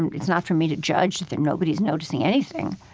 and it's not for me to judge that nobody's noticing anything.